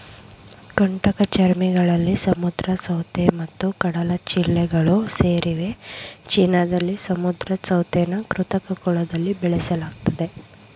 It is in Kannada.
ಕಂಟಕಚರ್ಮಿಗಳಲ್ಲಿ ಸಮುದ್ರ ಸೌತೆ ಮತ್ತು ಕಡಲಚಿಳ್ಳೆಗಳು ಸೇರಿವೆ ಚೀನಾದಲ್ಲಿ ಸಮುದ್ರ ಸೌತೆನ ಕೃತಕ ಕೊಳದಲ್ಲಿ ಬೆಳೆಸಲಾಗ್ತದೆ